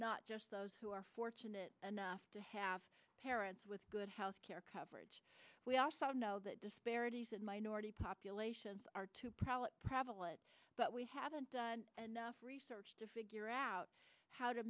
not just those who are fortunate enough to have parents with good health care coverage we also know that disparities in minority populations are too proud prevalent but we haven't done enough research to figure out how to